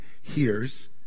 hears